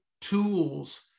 tools